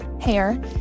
hair